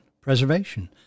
preservation